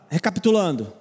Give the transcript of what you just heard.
Recapitulando